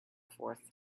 forth